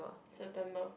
September